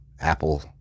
apple